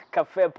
Cafe